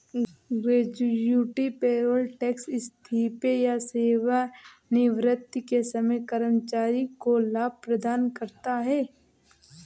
gratuity payroll tax इस्तीफे या सेवानिवृत्ति के समय कर्मचारी को लाभ प्रदान करता है